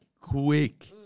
quick